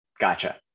Gotcha